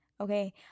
okay